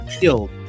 killed